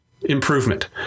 improvement